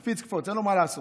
קפיץ-קפוץ,